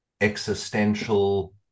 existential